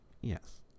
yes